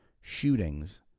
shootings